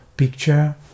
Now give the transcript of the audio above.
Picture